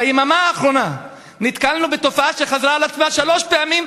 ביממה האחרונה נתקלנו בתופעה שחזרה על עצמה שלוש פעמים,